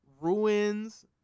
ruins